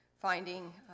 finding